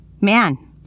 Man